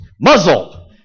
Muzzle